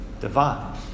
divine